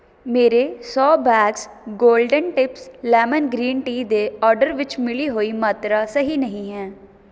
ਮੇਰੇ ਸੌ bags golden tips lemon green tea ਦੇ ਔਡਰ ਵਿੱਚ ਮਿਲੀ ਹੋਈ ਮਾਤਰਾ ਸਹੀ ਨਹੀਂ ਹੈ